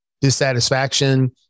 dissatisfaction